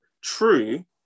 True